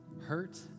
hurt